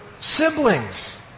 siblings